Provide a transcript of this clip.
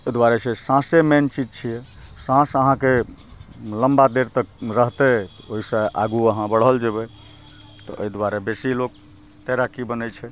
तहि दुआरे छै साँसे मेन चीज छियै साँस अहाँके लंबा देर तक रहतै ओहि से आगू अहाँ बढ़ल जेबै तऽ ओहि दुआरे बेसी लोग तैराकी बनैत छै